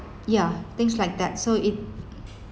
yeah things like that so it